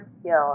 skill